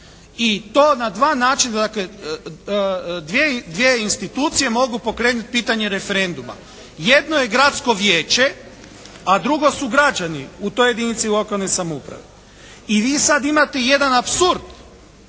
i to na dva načina. Dakle, dvije institucije mogu pokrenuti pitanje referenduma. Jedno je gradsko vijeće a drugo su građani u toj jedinici lokalne samouprave. I vi sad imate jedan apsurd